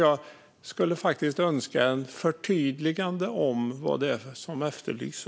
Jag skulle önska ett förtydligande av vad som efterlyses.